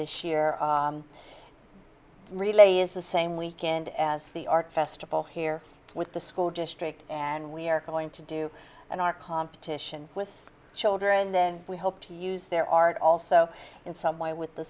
this year really is the same weekend as the art festival here with the school district and we're going to do in our competition with children then we hope to use their art also in some way with the